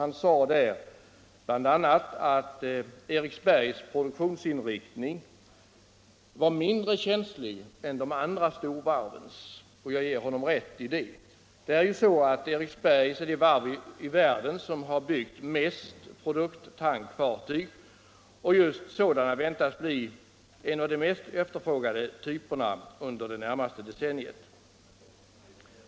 Han sade bl.a. att Eriksbergs produktionsinriktning var mindre känslig än de andra storvarvens, och jag ger honom rätt i det. Eriksberg är det varv som har byggt de flesta produkttankfartygen i världen, och just sådana väntas tillhöra de mest efterfrågade typerna under det närmaste decenniet.